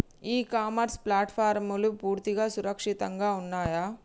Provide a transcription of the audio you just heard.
ఇ commerce ప్లాట్ఫారమ్లు పూర్తిగా సురక్షితంగా ఉన్నయా?